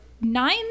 nine